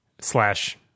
slash